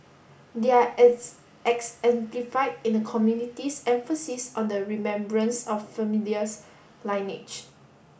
they are in the community's emphasis on the remembrance of familiars lineage